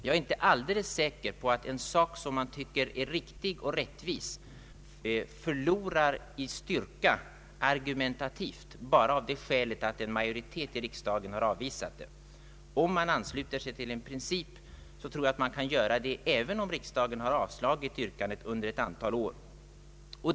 Jag är inte alldeles säker på att en sak som man tycker är riktig och rättvis förlorar i styrka argumentativt bara av det skälet att en majoritet i riksdagen har avvisat den. Om man ansluter sig till en princip, tror jag man kan göra det även om riksdagen har avvisat den vid flera tillfällen.